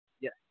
Yes